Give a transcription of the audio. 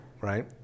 Right